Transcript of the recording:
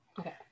Okay